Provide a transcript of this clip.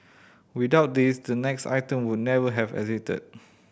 without this the next item would never have existed